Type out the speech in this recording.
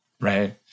Right